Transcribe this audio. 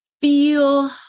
feel